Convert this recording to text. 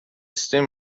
stem